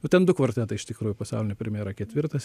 nu ten du kvartetai iš tikrųjų pasaulinė premjera ketvirtas